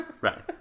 Right